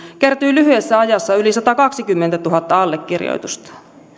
kertyi lyhyessä ajassa yli satakaksikymmentätuhatta allekirjoitusta